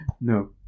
No